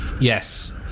yes